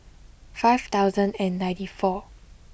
five thousand and ninety four